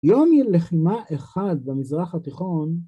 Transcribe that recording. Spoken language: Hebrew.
יום לחימה אחד במזרח התיכון